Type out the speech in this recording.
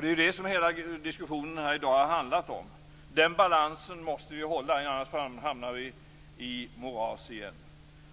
Det är det hela diskussionen här i dag har handlat om. Den balansen måste vi hålla, annars hamnar vi i moras igen.